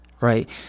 right